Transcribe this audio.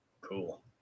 cool